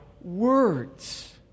words